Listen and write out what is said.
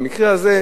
במקרה הזה,